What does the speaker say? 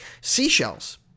Seashells